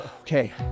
Okay